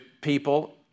people